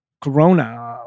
Corona